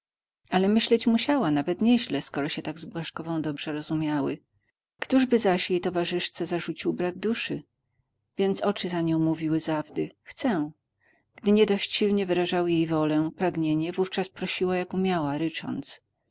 ale myśleć musiała nawet nieźle skoro się tak z błażkową dobrze rozumiały któżby zaś jej towarzyszce zarzucił brak duszy więc oczy za nią mówiły zawdy chcę gdy niedość silnie wyrażały jej wolę pragnienie wówczas prosiła jak umiała rycząc